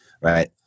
Right